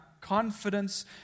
confidence